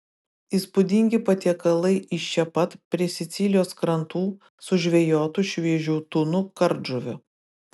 įspūdingi patiekalai iš čia pat prie sicilijos krantų sužvejotų šviežių tunų kardžuvių